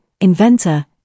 inventor